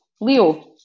Leo